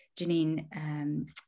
Janine